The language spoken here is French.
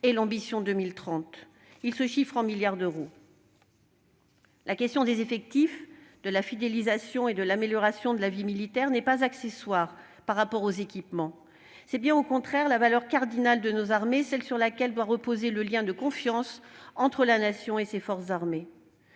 de l'Ambition 2030- ces besoins se chiffrent en milliards d'euros. La question des effectifs, c'est-à-dire de la fidélisation et de l'amélioration de la vie militaire, n'est pas accessoire par rapport à celle des équipements. Il y va au contraire de la valeur cardinale de nos armées, celle sur laquelle doit reposer le lien de confiance entre la Nation et ses forces armées-